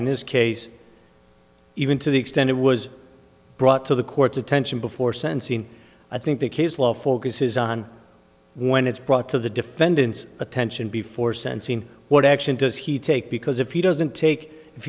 in this case even to the extent it was brought to the court's attention before sensing i think the case law focuses on when it's brought to the defendant's attention before sensing what action does he take because if he doesn't take if